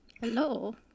hello